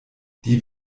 die